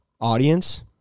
audience